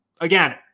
again